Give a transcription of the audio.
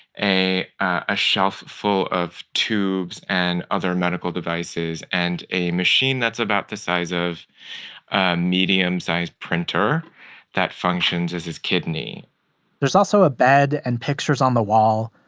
a a shelf full of tubes and other medical devices and a machine that's about size of a medium-sized printer that functions as his kidney there's also a bed and pictures on the wall.